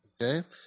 Okay